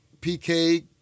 PK